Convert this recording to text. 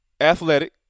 Athletic